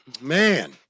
Man